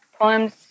poems